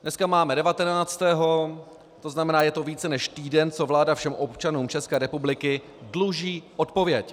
Dneska máme 19. dubna, to znamená je to více než týden, co vláda všem občanům České republiky dluží odpověď.